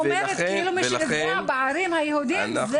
גם אלה שנפגעים בערים היהודיות,